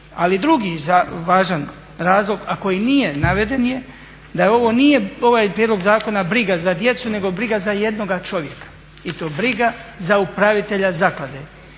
važan razlog, a koji nije naveden je da ovo nije, da ovaj prijedlog zakona nije briga za djecu, nego briga za jednoga čovjeka i to briga za upravitelja zaklade.